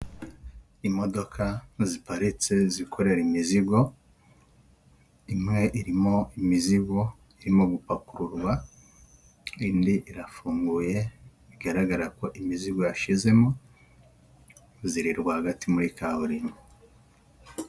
Imodoka ziparitse zikorera imizigo, imwe irimo imizigo irimo gupakururwa, indi irafunguye bigaragara ko imizigo yashizemo, ziri rwagati muri kaburimbo.